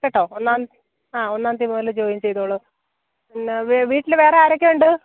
കേട്ടോ ഒന്നാം ആ ഒന്നാം തീയ്യതി മുതൽ ജോയിന് ചെയ്തോളൂ പിന്നെ വീട്ടില് വേറെ ആരൊക്കെ ഉണ്ട്